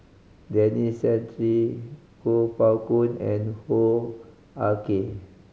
Denis Santry Kuo Pao Kun and Hoo Ah Kay